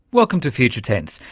welcome to future tense,